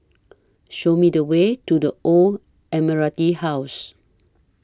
Show Me The Way to The Old Admiralty House